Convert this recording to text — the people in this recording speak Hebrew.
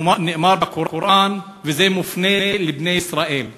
נאמר בקוראן, וזה מופנה לבני ישראל: